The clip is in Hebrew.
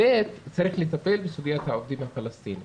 דבר שני, צריך לטפל בסוגיית העובדים הפלסטינים.